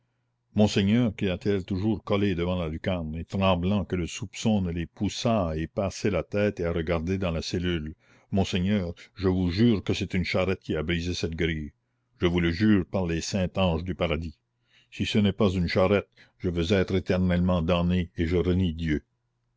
monseigneur cria-t-elle toujours collée devant la lucarne et tremblant que le soupçon ne les poussât à y passer la tête et à regarder dans la cellule monseigneur je vous jure que c'est une charrette qui a brisé cette grille je vous le jure par les saints anges du paradis si ce n'est pas une charrette je veux être éternellement damnée et je renie dieu